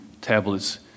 tablets